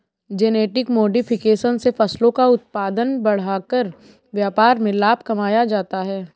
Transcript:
genetic modification से फसलों का उत्पादन बढ़ाकर व्यापार में लाभ कमाया जाता है